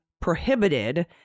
prohibited